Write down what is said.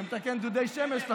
שמתקן דודי שמש?